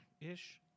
ish